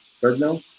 Fresno